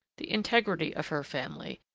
the integrity of her family,